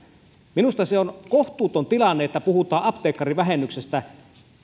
minusta se on kohtuuton tilanne että puhutaan apteekkarivähennyksestä